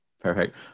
perfect